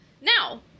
now